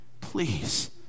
Please